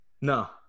No